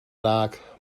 tag